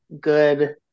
good